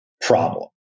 problem